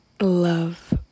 love